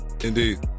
Indeed